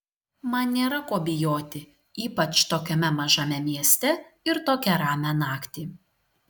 man nėra ko bijoti ypač tokiame mažame mieste ir tokią ramią naktį